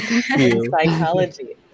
psychology